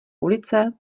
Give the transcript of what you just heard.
ulice